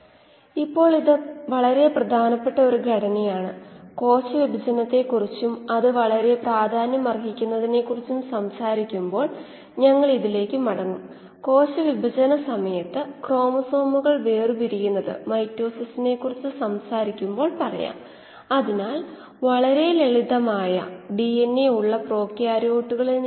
ഇവിടെ mu സമം D ആണ് അത് വളരെ പ്രധാനപ്പെട്ട കാര്യമാണ് ഇത് വളരെ ലളിതമായ ഒരു സമവാക്യമാണെങ്കിലും ഡൈലൂഷൻ റേറ്റ് വളർച്ചാ നിരക്കിനെ നിർണ്ണയിക്കുന്നുവെന്ന് പറയുന്നു കാരണം ഡൈലൂഷൻ റേറ്റ് FV ആണ്